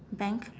bank